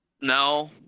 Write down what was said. No